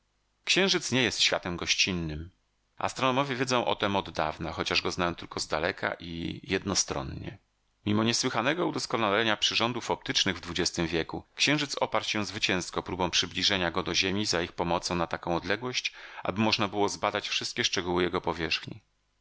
księżyc nie jest światem gościnnym astronomowie wiedzą o tem od dawna chociaż go znają tylko z daleka i jednostronnie mimo niesłychanego udoskonalenia przyrządów optycznych w dwudziestym wieku księżyc oparł się zwycięsko próbom przybliżenia go do ziemi za ich pomocą na taką odległość aby można było zbadać wszystkie szczegóły jego powierzchni